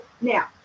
Now